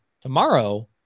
tomorrow